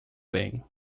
bem